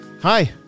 Hi